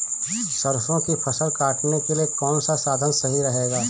सरसो की फसल काटने के लिए कौन सा साधन सही रहेगा?